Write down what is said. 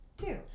two